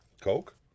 Coke